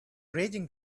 racing